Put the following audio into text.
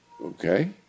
Okay